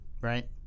Right